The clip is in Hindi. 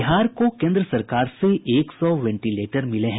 बिहार को केन्द्र सरकार से एक सौ वेंटिलेटर मिले हैं